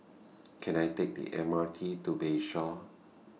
Can I Take The M R T to Bayshore